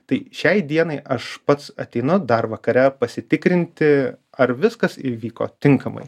tai šiai dienai aš pats ateinu dar vakare pasitikrinti ar viskas įvyko tinkamai